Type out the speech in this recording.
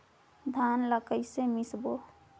धान ला कइसे मिसबो?